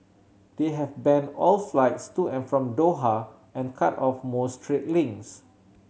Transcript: they have banned all flights to and from Doha and cut off most trade links